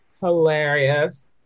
hilarious